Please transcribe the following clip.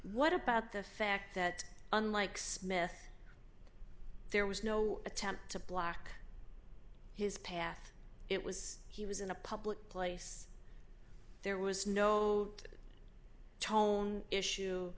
what about the fact that unlike smith there was no attempt to block his path it was he was in a public place there was no tone issue